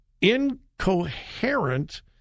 incoherent